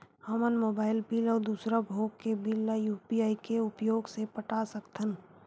हमन mobile bill अउ दूसर भोग के बिल ला यू.पी.आई के उपयोग से पटा सकथन